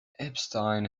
epstein